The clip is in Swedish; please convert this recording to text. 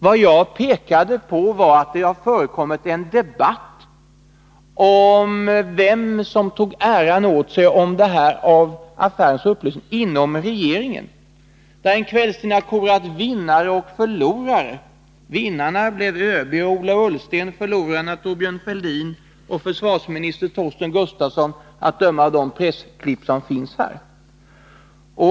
Vad jag sade var att det har förekommit en debatt om vem inom regeringen som kunde ta åt sig äran av ubåtsaffärens upplösning. En kvällstidning har korat vinnare och förlorare. Vinnarna blev ÖB och Ola Ullsten, förlorarna Thorbjörn Fälldin och försvarsminister Torsten Gustafsson, att döma av de pressklipp som jag har framför mig.